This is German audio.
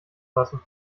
lassen